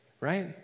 right